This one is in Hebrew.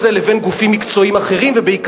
אף אחד אין לו הכוח הנפשי לעמוד ולתבוע.